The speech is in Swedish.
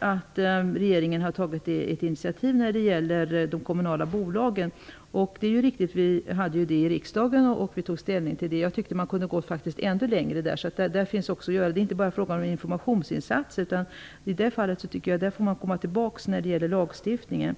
att regeringen har tagit ett initiativ beträffande de kommunala bolagen. Det är riktigt. Det var en fråga som vi tog ställning till i riksdagen. Jag tycker att man hade kunnat gå ännu längre. Det är inte bara fråga om informationsinsatser, utan också om lagstiftning.